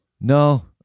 No